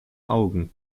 augen